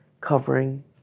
covering